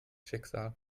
schicksal